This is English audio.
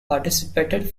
participated